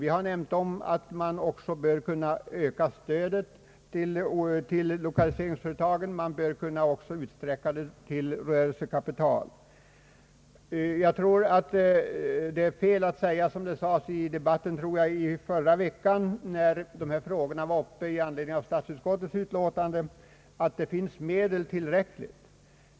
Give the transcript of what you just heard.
= Vi har nämnt att man också bör kunna öka stödet till lokaliseringsföretagen och att man bör kunna utsträcka detta till att gälla rörelsekapital. Jag tror att det är fel att säga på samma sätt som sades i debatten förra veckan när dessa frågor var uppe i anledning av statsutskottets utlåtande, nämligen att det finns medel tillräckligt.